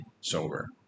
sober